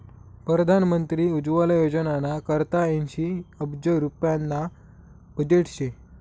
परधान मंत्री उज्वला योजनाना करता ऐंशी अब्ज रुप्याना बजेट शे